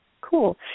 Cool